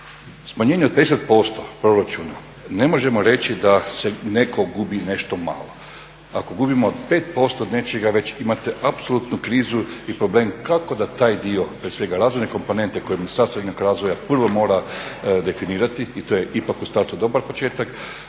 Smanjenje od 50% proračuna ne možemo reći da neku gubi nešto malo, ako gubimo 5% od nečega već imate apsolutnu krizu i problem kako da taj dio, prije svega razvojne komponente koje je sastavni dio jednog razvoja, prvo mora definirati i to je ipak u startu dobar početak,